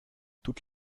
toute